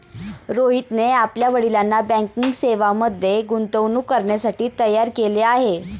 रोहितने आपल्या वडिलांना बँकिंग सेवांमध्ये गुंतवणूक करण्यासाठी तयार केले आहे